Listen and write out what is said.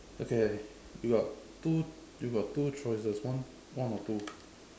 okay you got two you got two choices one one or two